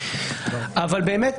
אבל באמת,